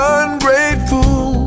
ungrateful